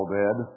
dead